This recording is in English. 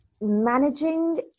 managing